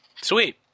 Sweet